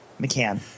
McCann